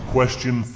Question